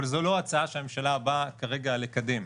אבל זו לא ההצעה שהממשלה באה כרגע לקדם.